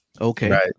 Okay